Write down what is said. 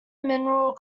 mineral